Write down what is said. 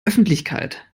öffentlichkeit